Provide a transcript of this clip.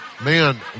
Man